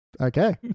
Okay